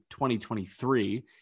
2023